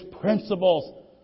principles